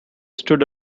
stood